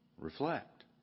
reflect